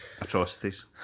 Atrocities